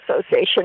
Association